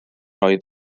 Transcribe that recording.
oedd